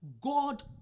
God